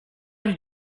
did